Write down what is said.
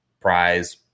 prize